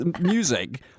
music